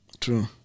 True